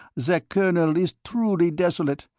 the colonel is truly desolate,